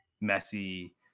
messy